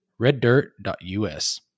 reddirt.us